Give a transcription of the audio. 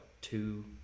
two